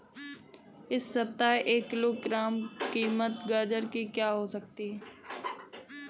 इस सप्ताह एक किलोग्राम गाजर की औसत कीमत क्या है?